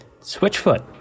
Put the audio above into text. Switchfoot